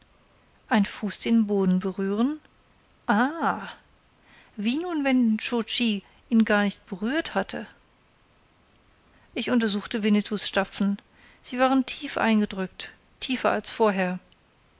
ein fuß den boden berühren ah wie nun wenn nscho tschi ihn gar nicht berührt hatte ich untersuchte winnetous stapfen sie waren tief eingedrückt tiefer als vorher